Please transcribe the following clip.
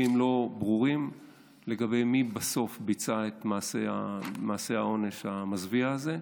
לי הם לא ברורים לגבי מי בסוף ביצע את מעשה האונס המזוויע הזה.